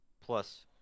plus